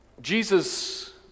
Jesus